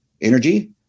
energy